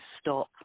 stop